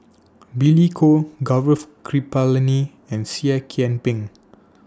Billy Koh Gaurav Kripalani and Seah Kian Peng